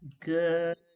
Good